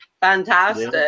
Fantastic